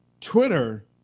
Twitter